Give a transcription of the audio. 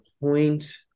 point